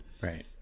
Right